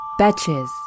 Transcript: Betches